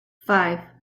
five